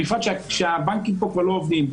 בפרט שהבנקים פה כבר לא עובדים,